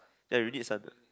there you need sun